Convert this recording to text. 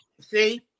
See